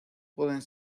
pueden